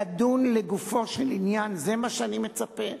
לדון לגופו של עניין, זה מה שאני מצפה.